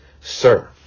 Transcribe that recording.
sir